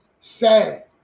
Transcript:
Sad